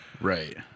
Right